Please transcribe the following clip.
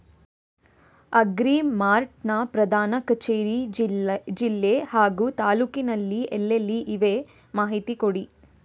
Agri mart ನ ಪ್ರಧಾನ ಕಚೇರಿ ಜಿಲ್ಲೆ ಹಾಗೂ ತಾಲೂಕಿನಲ್ಲಿ ಎಲ್ಲೆಲ್ಲಿ ಇವೆ ಮಾಹಿತಿ ಕೊಡಿ?